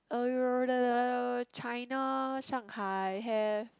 uh China Shanghai have